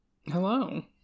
Hello